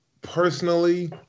personally